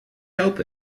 help